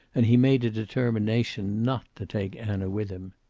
and he made a determination not to take anna with him.